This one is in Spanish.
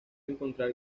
encontrar